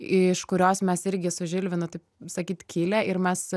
iš kurios mes irgi su žilvinu taip sakyt kilę ir mes